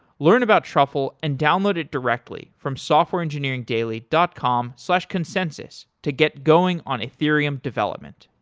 learn about truffle and download it directly from softwareengineeringdaily dot com slash consensys to get going on ethereum development.